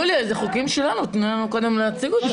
יוליה, זה חוקים שלנו, תני לנו קודם להציג אותם.